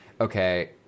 okay